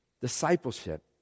Discipleship